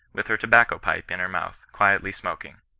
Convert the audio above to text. with her tobacco-pipe in her mouth, quietly smoking.